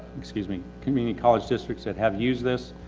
excuse me, community college districts that have used this.